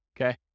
okay